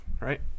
right